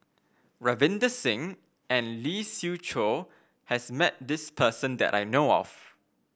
Ravinder Singh and Lee Siew Choh has met this person that I know of